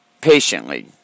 patiently